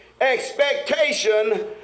expectation